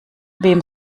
wem